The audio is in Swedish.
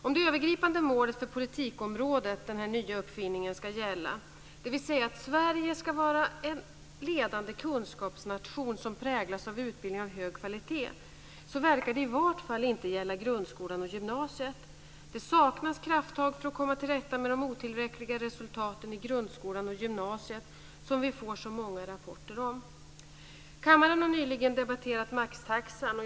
Om det övergripande målet för politikområdet - denna nya uppfinning - ska gälla, dvs. att Sverige ska vara en ledande kunskapsnation som präglas av utbildning av hög kvalitet, verkar det i varje fall inte gälla grundskolan och gymnasiet. Det saknas krafttag för att komma till rätta med de otillräckliga resultat i grundskolan och gymnasiet som vi får så många rapporter om. Kammaren har nyligen debatterat maxtaxan.